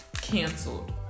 canceled